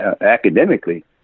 academically